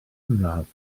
cynradd